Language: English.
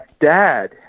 dad